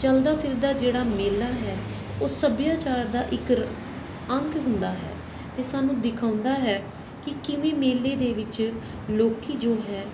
ਚੱਲਦਾ ਫਿਰਦਾ ਜਿਹੜਾ ਮੇਲਾ ਹੈ ਉਹ ਸੱਭਿਆਚਾਰ ਦਾ ਇੱਕ ਰ ਅੰਗ ਹੁੰਦਾ ਹੈ ਅਤੇ ਸਾਨੂੰ ਦਿਖਾਉਂਦਾ ਹੈ ਕਿ ਕਿਵੇਂ ਮੇਲੇ ਦੇ ਵਿੱਚ ਲੋਕ ਜੋ ਹੈ